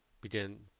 begin